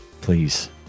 Please